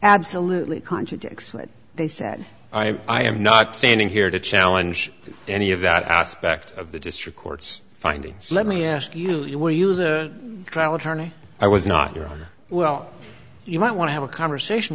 absolutely contradicts what they said i i am not standing here to challenge any of that aspect of the district court's findings let me ask you you will use the trial attorney i was not you are well you might want to have a conversation